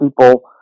people